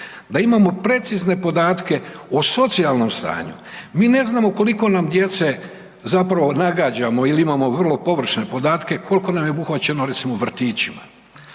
Da imamo precizne podatke o socijalnom stanju. Mi ne znamo koliko nam djece, zapravo nagađamo il imamo vrlo površne podatke koliko nam je obuhvaćeno recimo vrtićima.